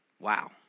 Wow